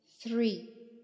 three